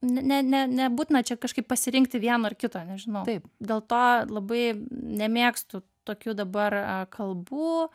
ne ne ne nebūtina čia kažkaip pasirinkti vieno ar kito nežinau dėl to labai nemėgstu tokių dabar a kalbų